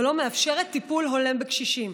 ולא מאפשרת טיפול הולם בקשישים".